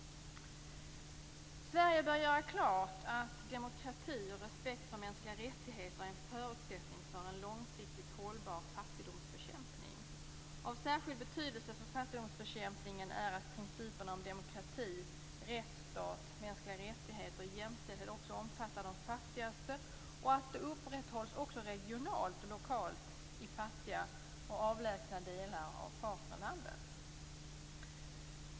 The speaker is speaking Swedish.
Sverige bör göra klart att demokrati och respekt för mänskliga rättigheter är en förutsättning för en långsiktigt hållbar fattigdomsbekämpning. Av särskild betydelse för fattigdomsbekämpningen är att principerna om att demokrati, rättsstat, mänskliga rättigheter och jämställdhet också omfattar de fattigaste och att de upprätthålls också regionalt och lokalt i fattiga och avlägsna delar av partnerlandet.